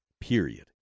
period